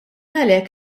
għalhekk